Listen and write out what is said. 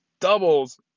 doubles